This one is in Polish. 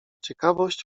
ciekawość